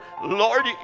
Lord